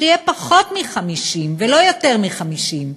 שיהיה פחות מ-50, ולא יותר מ-50.